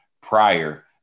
prior